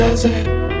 Desert